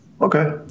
Okay